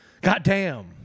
Goddamn